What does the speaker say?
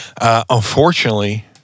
Unfortunately